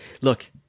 look